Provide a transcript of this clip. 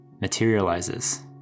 materializes